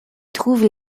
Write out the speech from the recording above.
trouve